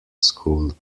school